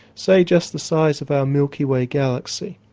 say just the size of our milky way galaxy,